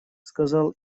сказал